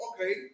okay